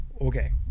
okay